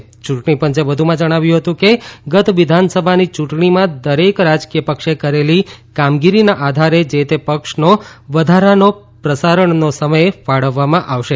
યુંટણી પંચે વધુમાં જણાવ્યું હતું કે ગત વિધાનસભાની યુંટણીમાં દરેક રાજકીય પક્ષે કરેલી કામગીરીના આધારે જે તે પક્ષનો વધારાના પ્રસારણનો સમય ફાળવવામાં આવશે